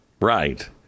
right